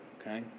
okay